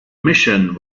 mission